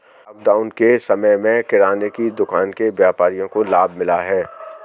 lockdown के समय में किराने की दुकान के व्यापारियों को लाभ मिला है